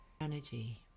energy